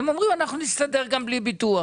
כי הן אומרות: "אנחנו נסתדר גם בלי ביטוח,